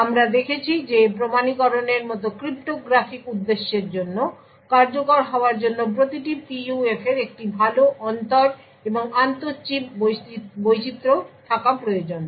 আমরা দেখেছি যে প্রমাণীকরণের মতো ক্রিপ্টোগ্রাফিক উদ্দেশ্যের জন্য কার্যকর হওয়ার জন্য প্রতিটি PUF এর একটি ভাল অন্তর এবং আন্তঃ চিপ বৈচিত্র থাকা প্রয়োজন